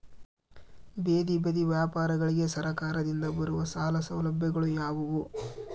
ಬೇದಿ ಬದಿ ವ್ಯಾಪಾರಗಳಿಗೆ ಸರಕಾರದಿಂದ ಬರುವ ಸಾಲ ಸೌಲಭ್ಯಗಳು ಯಾವುವು?